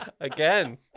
Again